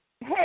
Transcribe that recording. hey